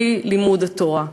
בלי לימוד התורה.